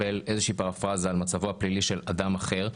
שמקבל איזושהי פרפראזה על מצבו הפלילי של אדם אחר,